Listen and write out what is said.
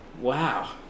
Wow